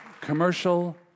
Commercial